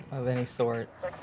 of any sorts.